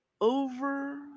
over